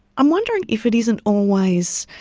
i'm wondering if it isn't always,